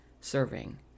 serving